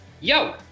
Yo